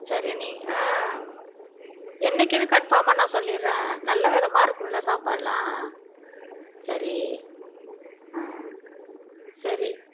சரி நீங்கள் ஆ என்னைக்குன்னு கன்ஃபார்மாக நான் சொல்லிடுறேன் நல்லவிதமாக இருக்கணும்ல சாப்பாடுல்லாம் சரி ஆ சரி